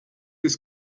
des